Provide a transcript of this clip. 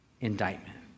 indictment